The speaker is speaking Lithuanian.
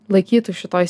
laikytų šitoj